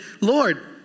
Lord